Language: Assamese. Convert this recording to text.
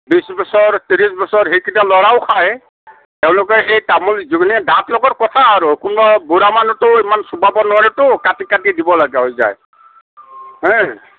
বিছ বছৰ ত্ৰিছ বছৰ সেইকেইটা ল'ৰাইও খায় তেওঁলোকে সেই তামোল যোনে দাঁতৰ লগত কথা আৰু কোনোবা বুঢ়া মানুহতো ইমান চোবাব নোৱাৰেতো কাটি কাটি দিবলগীয়া হৈ যায় হেঁ